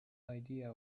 idea